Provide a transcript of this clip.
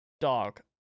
dog